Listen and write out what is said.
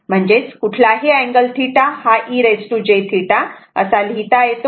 म्हणजेच कुठलाही अँगल θ हा e jθ असा लिहिता येतो